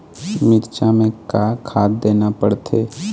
मिरचा मे का खाद देना पड़थे?